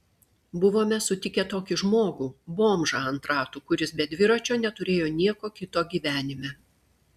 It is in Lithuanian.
buvome sutikę tokį žmogų bomžą ant ratų kuris be dviračio neturėjo nieko kito gyvenime